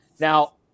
Now